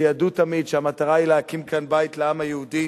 שידעו תמיד שהמטרה היא להקים כאן בית לעם היהודי.